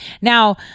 Now